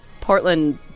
Portland